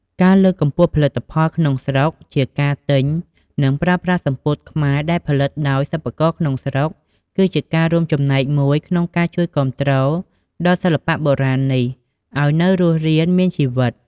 ការលើកកម្ពស់ផលិតផលក្នុងស្រុក ជាការទិញ និងប្រើប្រាស់សំពត់ខ្មែរដែលផលិតដោយសិប្បករក្នុងស្រុក គឺជាការរួមចំណែកមួយក្នុងការជួយគាំទ្រដល់សិល្បៈបុរាណនេះឲ្យនៅរស់រានមានជីវិត។